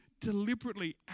deliberately